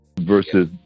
Versus